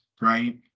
right